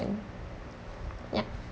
yup